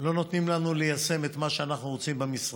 לא נותנים לנו ליישם את מה שאנחנו רוצים במשרדים.